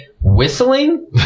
Whistling